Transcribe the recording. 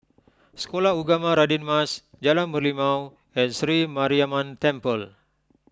Sekolah Ugama Radin Mas Jalan Merlimau and Sri Mariamman Temple